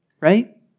right